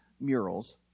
murals